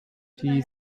die